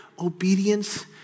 obedience